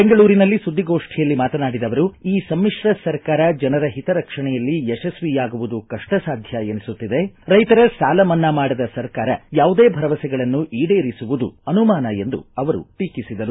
ಬೆಂಗಳೂರಿನಲ್ಲಿ ಸುದ್ದಿಗೋಷ್ಠಿಯಲ್ಲಿ ಮಾತನಾಡಿದ ಅವರು ಈ ಸಮಿಶ್ರ ಸರ್ಕಾರ ಜನರ ಹಿತರಕ್ಷಣೆಯಲ್ಲಿ ಯಶಸ್ವಿಯಾಗುವುದು ಕಷ್ಪಸಾಧ್ಯ ಎನಿಸುತ್ತಿದೆ ರೈತರ ಸಾಲ ಮನ್ನಾ ಮಾಡದ ಸರ್ಕಾರ ಯಾವುದೇ ಭರವಸೆಗಳನ್ನು ಈಡೇರಿಸುವುದೂ ಅನುಮಾನ ಎಂದು ಅವರು ಟೀಕಿಸಿದರು